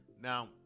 Now